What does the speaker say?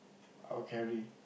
I'll carry